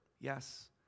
Yes